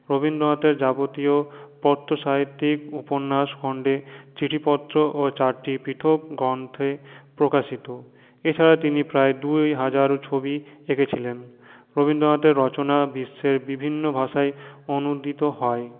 রবীন্দ্রনাথের যাবতীয় কথ্য সাহিত্যিক উপন্যাস খন্ডে চিঠিপত্র ও চারটি পৃথক গ্রন্থে প্রকাশিত এছাড়া তিনি প্রায় দুই হাজার ছবি এঁকেছিলেন রবীন্দ্রনাথের রচনা বিশ্বের বিভিন্ন ভাষায় অনুদিত হয়